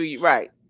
Right